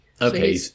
Okay